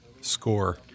score